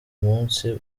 munsi